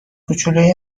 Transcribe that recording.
کوچولوی